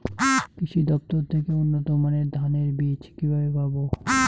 কৃষি দফতর থেকে উন্নত মানের ধানের বীজ কিভাবে পাব?